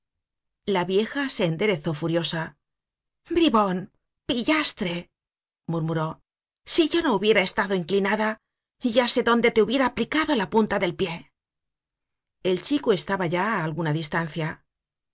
la vieja se enderezó furiosa bribon pillastre murmuró si yo no hubiera estado inclinada ya sé dónde te hubiera aplicado la punta del pie el chico estaba ya á alguna distancia